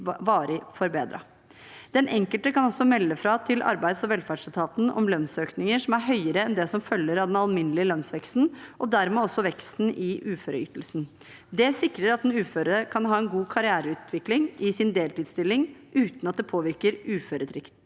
Den enkelte kan også melde fra til Arbeids- og velferdsetaten om lønnsøkninger som er høyere enn det som følger av den alminnelige lønnsveksten, og dermed også veksten i uføreytelsen. Det sikrer at den uføre kan ha en god karriereutvikling i sin deltidsstilling uten at det påvirker uføretrygden.